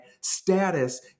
status